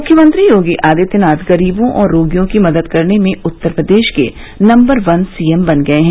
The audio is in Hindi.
मुख्यमंत्री योगी आदित्यनाथ गरीबों और रोगियों की मदद करने में उत्तर प्रदेश के नम्बर वन सीएम बन गये हैं